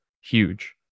huge